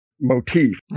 motif